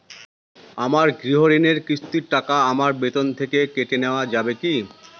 আমার গৃহঋণের কিস্তির টাকা আমার বেতন থেকে কেটে নেওয়া যাবে কি?